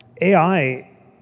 AI